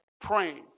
praying